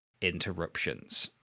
interruptions